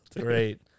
Great